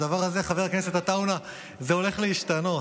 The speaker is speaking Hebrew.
והדבר הזה, חבר הכנסת עטאונה, הולך להשתנות.